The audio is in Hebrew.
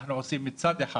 אנחנו עושים מצד אחד